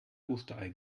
osterei